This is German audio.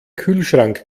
kühlschrank